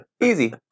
Easy